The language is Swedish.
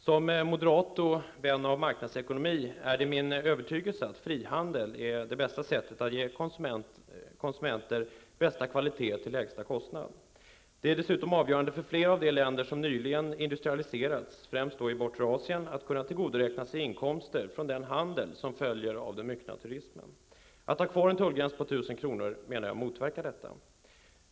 Som moderat och vän av marknadsekonomi har jag den övertygelsen att frihandel är det bästa sättet att ge konsumenter bästa kvalitet till lägsta kostnad. Det är dessutom avgörande för flera av de länder som nyligen industrialiserats, främst i bortre Asien, att kunna tillgodoräkna inkomster från den handel som följer av den myckna turismen. Att ha kvar en tullgräns vid 1 000 kr. motverkar enligt min mening detta.